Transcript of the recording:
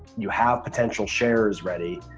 you have potential shares ready.